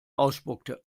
ausspuckte